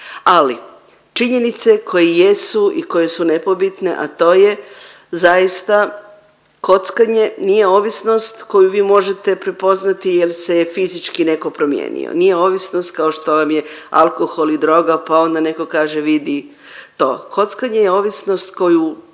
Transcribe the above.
Ali činjenice koje jesu i koje su nepobitne, a to je zaista kockanje nije ovisnost koju vi možete prepoznati jel se je fizički neko promijenio. Nije ovisnost kao što vam je alkohol i droga pa onda neko kaže vidi to. Kockanje je ovisnost koju